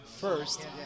first